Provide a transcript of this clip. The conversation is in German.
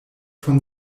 von